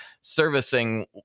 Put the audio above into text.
servicing